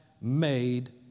made